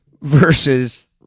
versus